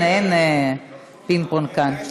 אין פינג-פונג כאן.